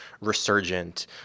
resurgent